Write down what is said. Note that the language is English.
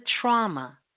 trauma